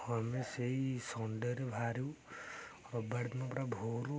ଆମେ ସେଇ ସଣ୍ଡେରେ ବାହାରିବୁ ରବିବାର ଦିନ ପୁରା ଭୋରୁ